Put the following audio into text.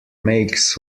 makes